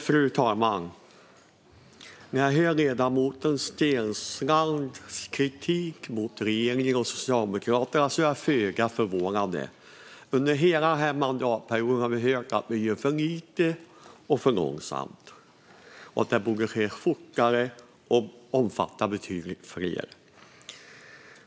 Fru talman! Ledamoten Steenslands kritik mot regeringen och Socialdemokraterna är föga förvånande. Under hela mandatperioden har vi hört att det görs för lite och för långsamt, att det borde ske fortare och omfatta betydligt fler.